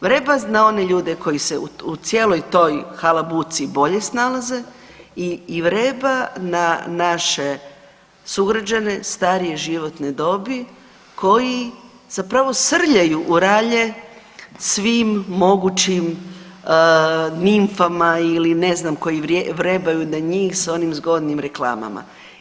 Vreba na one ljude koji se u cijeloj toj halabuci bolje snalaze i vreba na naše sugrađane starije životne dobi koji zapravo srljaju u ralje svim mogućim nimfama ili ne znam koji vrebaju na njih sa onim zgodnim reklamama.